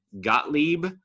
Gottlieb